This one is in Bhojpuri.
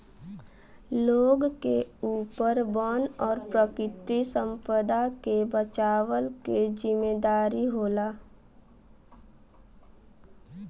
लोग के ऊपर वन और प्राकृतिक संपदा के बचवला के जिम्मेदारी होला